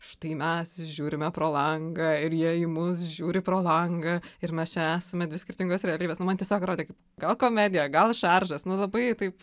štai mes žiūrime pro langą ir jie į mus žiūri pro langą ir mes čia esame dvi skirtingos realybės nu man tiesiog rodė kaip gal komedija gal šaržas nu labai taip